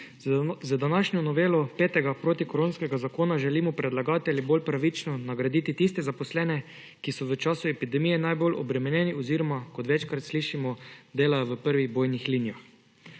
Z današnjo novelo petega protikoronskega zakona želimo predlagatelji bolj pravično nagraditi tiste zaposlene, ki so v času epidemije najbolj obremenjeni oziroma kot večkrat slišimo, delajo v prvih bojnih linijah.